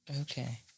Okay